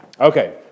Okay